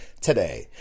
today